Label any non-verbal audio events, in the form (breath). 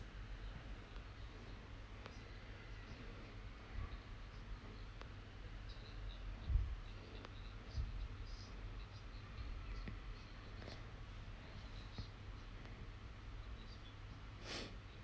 (breath)